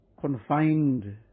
confined